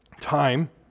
time